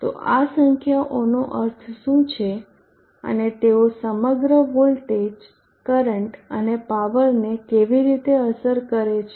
તો આ સંખ્યાઓનો અર્થ શું છે અને તેઓ સમગ્ર વોલ્ટેજ કરંટ અને પાવરને કેવી અસર કરે છે